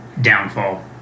downfall